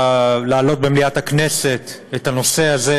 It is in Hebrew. להעלות במליאת הכנסת את הנושא הזה,